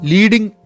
Leading